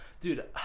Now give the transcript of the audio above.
Dude